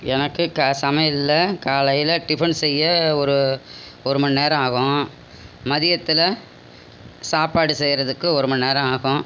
எனக்கு க சமையலில் காலையில் டிஃபன் செய்ய ஒரு ஒரு மணிநேரம் ஆகும் மதியத்தில் சாப்பாடு செய்கிறதுக்கு ஒரு மணிநேரம் ஆகும்